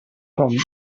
com